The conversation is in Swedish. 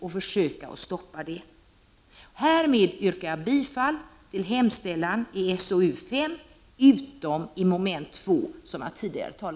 Med detta, herr talman, yrkar jag bifall till hemställan i socialutskottets betänkande 5 utom i mom. 2.